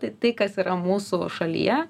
tai tai kas yra mūsų šalyje